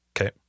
okay